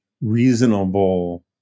reasonable